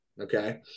Okay